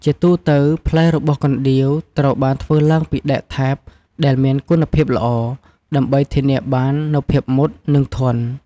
ជាទូទៅ ផ្លែរបស់កណ្ដៀវត្រូវបានធ្វើឡើងពីដែកថែបដែលមានគុណភាពល្អ ដើម្បីធានាបាននូវភាពមុត និងធន់។